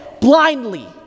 blindly